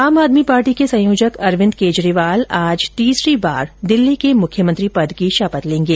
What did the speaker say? आम आदमी पार्टी के संयोजक अरविन्द केजरीवाल आज तीसरी बार दिल्ली के मुख्यमंत्री पद की शपथ लेंगे